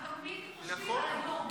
הם תמיד חושבים על היום.